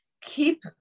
Keep